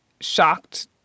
Shocked